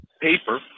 paper